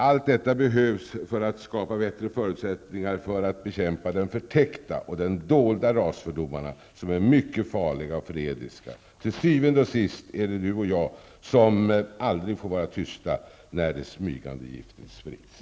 Allt detta behövs för att skapa bättre förutsättningar för att bekämpa de förtäckta, dolda rasfördomarna, som är mycket farliga och förrädiska. Till syvende och sist är det du och jag som aldrig får vara tysta var än det smygande giftet sprids.